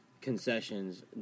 concessions